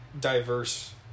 diverse